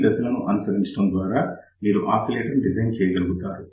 ఈ దశలను అనుసరించడం ద్వారా మీరు ఆసిలేటర్ డిజైన్ చేయగలుగుతారు